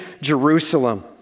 Jerusalem